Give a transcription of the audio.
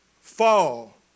fall